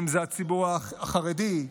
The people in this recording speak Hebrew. אם זה הציבור החרדי,